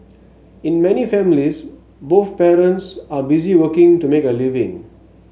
in many families both parents are busy working to make a living